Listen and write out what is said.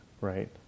right